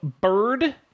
bird